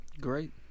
Great